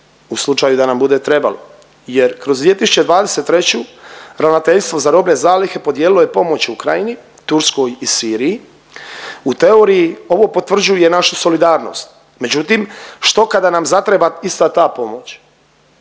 u slučaju da nam bude trebalo jer kroz 2023. Ravnateljstvo za robne zalihe podijelilo je pomoć Ukrajini, Turskoj i Siriji. U teoriji ovo potvrđuje našu solidarnost, međutim što kada nam zatreba ista ta pomoć